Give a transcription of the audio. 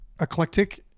eclectic